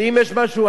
ואם יש משהו,